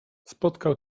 spotkał